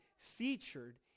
featured